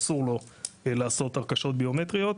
אסור לו לעשות הרכשות ביומטריות.